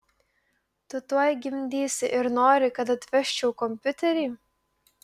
tu tuoj gimdysi ir nori kad atvežčiau kompiuterį